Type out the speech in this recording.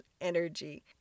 energy